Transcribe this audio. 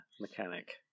mechanic